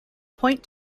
point